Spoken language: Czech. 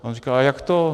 A on říká: Jak to?